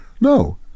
no